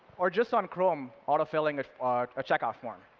or just on chrome auto filling a checkout form.